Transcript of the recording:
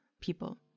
people